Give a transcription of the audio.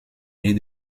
nés